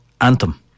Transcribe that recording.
anthem